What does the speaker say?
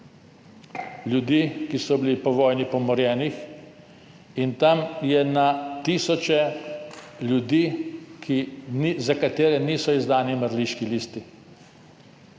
ljudi, ki so bili pomorjeni po vojni. Tam je na tisoče ljudi, za katere niso izdani mrliški listi.